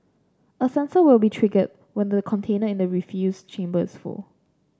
a sensor will be triggered when the container in the refuse chamber is full